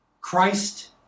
christ